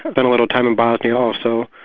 spent a little time in bosnia, also.